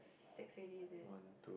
six already is it